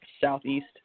southeast